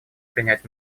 принять